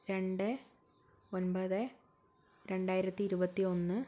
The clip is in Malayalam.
രണ്ട് ഒൻപത് രണ്ടായിരത്തി ഇരുപത്തി ഒന്ന്